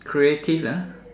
creative ah